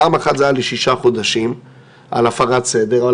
פעם אחת זה היה לשישה חודשים על הפרת סדר אבל